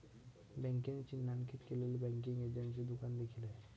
बँकेने चिन्हांकित केलेले बँकिंग एजंटचे दुकान देखील आहे